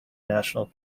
national